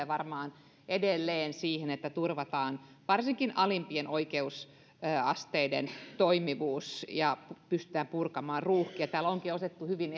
varmaan edelleen siihen että turvataan varsinkin alimpien oikeusasteiden toimivuus ja pystytään purkamaan ruuhkia täällä onkin otettu hyvin